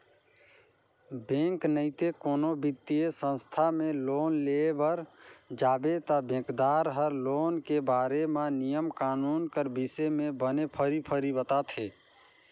bank नइते कोनो बित्तीय संस्था में लोन लेय बर जाबे ता बेंकदार हर लोन के बारे म नियम कानून कर बिसे में बने फरी फरी बताथे